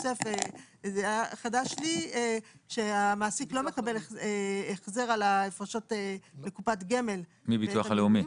זה היה חדש לי שהמעסיק לא מקבל החזר על ההפרשות לקופת גמל מביטוח לאומי.